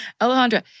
Alejandra